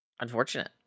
Unfortunate